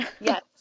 Yes